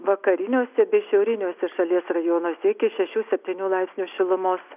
vakariniuose šiauriniuose šalies rajonuose iki šešių septynių laipsnių šilumos